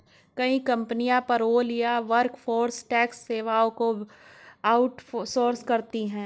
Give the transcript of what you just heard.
कई कंपनियां पेरोल या वर्कफोर्स टैक्स सेवाओं को आउट सोर्स करती है